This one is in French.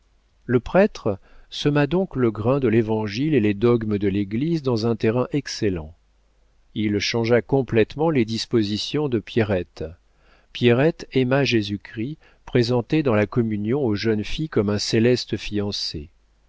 le prêtre sema donc le grain de l'évangile et les dogmes de l'église dans un terrain excellent il changea complétement les dispositions de pierrette pierrette aima jésus-christ présenté dans la communion aux jeunes filles comme un céleste fiancé